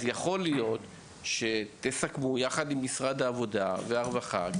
אז יכול להיות שתסכמו משהו כזה עם משרד העבודה והרווחה.